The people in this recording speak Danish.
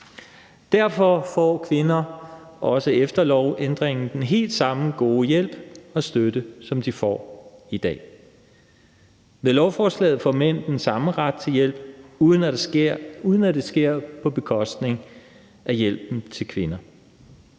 Derfor får kvinderne også efter lovændringen den helt samme gode hjælp og støtte, som de får i dag. Med lovforslaget får mændene den samme ret til hjælp, uden at det sker på bekostning af hjælpen til kvinderne.